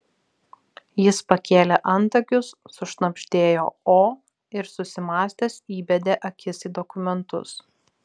jis pakėlė antakius sušnabždėjo o ir susimąstęs įbedė akis į dokumentus